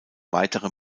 weitere